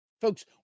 Folks